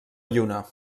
lluna